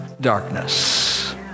darkness